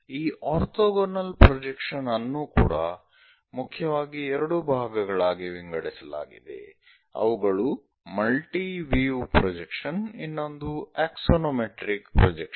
ಈ orthogonal projection ಅನ್ನೂ ಕೂಡಾ ಮುಖ್ಯವಾಗಿ ಎರಡು ಭಾಗಗಳಾಗಿ ವಿಂಗಡಿಸಲಾಗಿದೆ ಅವುಗಳು ಮಲ್ಟಿ ವ್ಯೂ ಪ್ರೊಜೆಕ್ಷನ್ ಇನ್ನೊಂದು ಆಕ್ಸಾನೊಮೆಟ್ರಿಕ್ ಪ್ರೊಜೆಕ್ಷನ್